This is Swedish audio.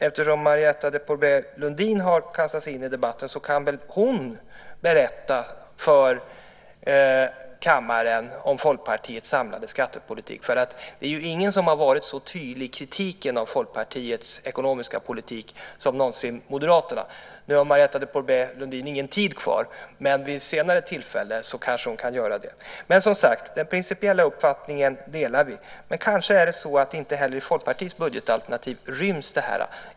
Eftersom Marietta de Pourbaix-Lundin kastat sig in i debatten kan väl hon berätta för kammaren om Folkpartiets samlade skattepolitik. Inga andra har ju varit så tydliga i kritiken mot Folkpartiets ekonomiska politik som Moderaterna varit. Nu har Marietta de Pourbaix-Lundin ingen talartid kvar, men hon kanske kan göra det vid något senare tillfälle. Men som sagt delar vi den principiella uppfattningen. Kanske är det så att det här inte heller ryms i Folkpartiets budget.